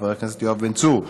חבר הכנסת יואב בן צור,